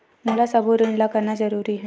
मोला सबो ऋण ला करना जरूरी हे?